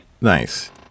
Nice